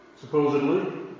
Supposedly